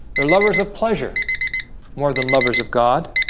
they're lovers of pleasure more than lovers of god